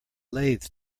lathe